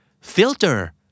filter